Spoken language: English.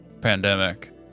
pandemic